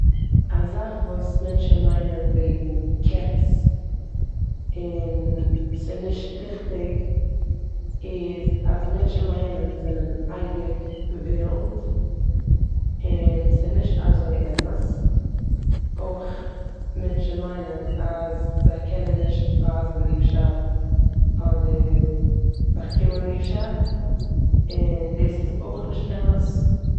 א זאך וואס מענטשן מיינען וועגן קעץ און ס'נישט ריכטיג איז אז מענטשן מיינען ז'זענען אייביג ווילד און ס'נישט אזוי אמת. אויך מענטשן מיינען אז זיי קענען נישט ווייזן ליבשאפט אדער באקומען ליבשאפט און דאס איז אויך נישט אמת.